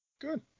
Good